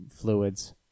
fluids